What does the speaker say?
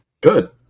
Good